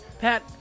Pat